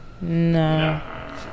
No